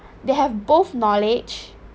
they have both knowledge